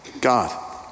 God